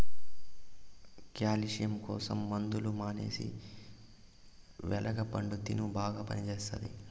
calcium కోసం మందులు మానేసి వెలగ పండు తిను బాగా పనిచేస్తది